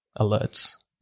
alerts